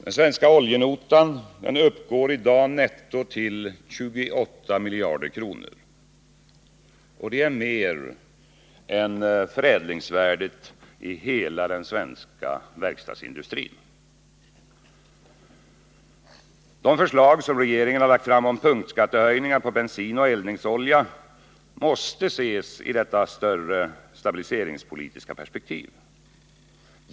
Den svenska oljenotan uppgår i dag netto till 28 miljarder kronor. Det är mer än förädlingsvärdet i hela den svenska verkstadsindustrin. De förslag som regeringen har lagt fram om punktskattehöjningar på bensin och eldningsolja måste ses i detta större stabiliseringspolitiska perspektiv.